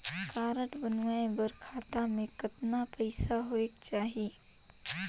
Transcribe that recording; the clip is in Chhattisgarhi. कारड बनवाय बर खाता मे कतना पईसा होएक चाही?